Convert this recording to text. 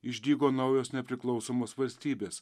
išdygo naujos nepriklausomos valstybės